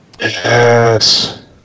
Yes